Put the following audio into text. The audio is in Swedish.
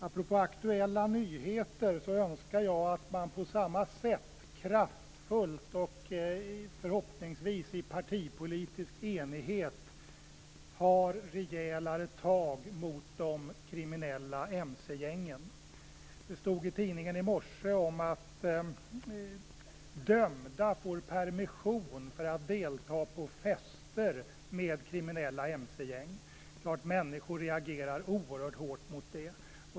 Apropå aktuella nyheter, så önskar jag att man på samma sätt kraftfullt - och förhoppningsvis i partipolitisk enighet - tar rejälare tag mot de kriminella mc-gängen. Det stod i tidningen i morse om att dömda får permission för att delta i fester med kriminella mc-gäng. Det är klart att människor reagerar oerhört hårt mot det.